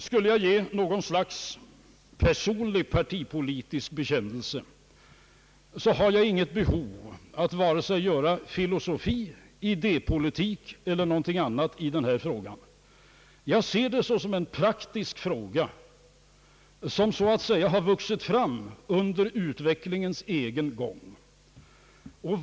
Skulle jag ge något slags personlig partipolitisk bekännelse så har jag inget behov av att göra vare sig filosofi, idépolitik eller någonting liknande av den här frågan. Jag ser den som en praktisk angelägenhet, som har vuxit fram under utvecklingens egen gång.